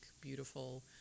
beautiful